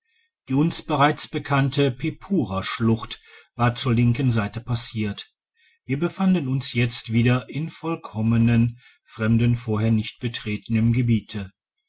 die uns bereits bekannte pepura schlucht ward zur linken seite passiert wir befanden uns jetzt wieder in vollkommen fremden vorher nicht betretenem gebiete